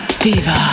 Diva